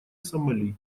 сомали